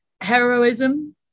Heroism